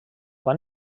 van